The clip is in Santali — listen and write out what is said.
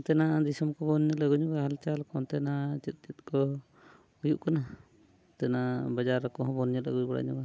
ᱚᱱᱛᱮᱱᱟᱜ ᱫᱤᱥᱚᱢ ᱠᱚᱵᱚᱱ ᱧᱮᱞ ᱟᱹᱜᱩ ᱧᱚᱜᱟ ᱦᱟᱞᱪᱟᱞ ᱠᱚ ᱚᱱᱛᱮᱱᱟᱜ ᱪᱮᱫ ᱪᱮᱫ ᱠᱚ ᱦᱩᱭᱩᱜ ᱠᱟᱱᱟ ᱚᱱᱛᱮᱱᱟᱜ ᱵᱟᱡᱟᱨ ᱠᱚᱦᱚᱸ ᱵᱚᱱ ᱧᱮᱞ ᱟᱹᱜᱩ ᱵᱟᱲᱟ ᱧᱚᱜᱟ